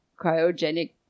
cryogenic